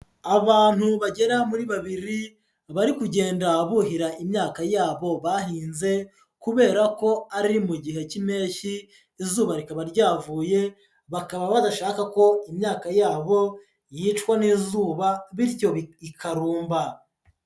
Abantu bagera muri babiri, bari kugenda buhira imyaka yabo bahinze kubera ko ari mu gihe cy'impeshyi, izuba rikaba ryavuye, bakaba badashaka ko imyaka yabo yicwa n'izuba bityo ikarumba.